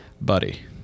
Buddy